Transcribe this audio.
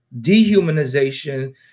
dehumanization